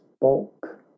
bulk